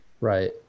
Right